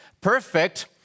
perfect